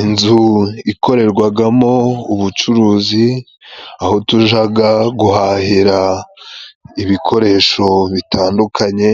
Inzu ikorerwagamo ubucuruzi, aho tujaga guhahira ibikoresho bitandukanye